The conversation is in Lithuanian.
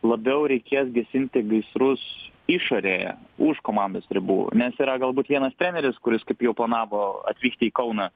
labiau reikės gesinti gaisrus išorėje už komandos ribų nes yra galbūt vienas treneris kuris kaip jau planavo atvykti į kauną